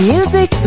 Music